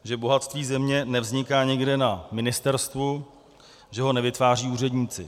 Že bohatství země nevzniká někde na ministerstvu, že ho nevytváří úředníci.